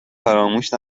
فراموش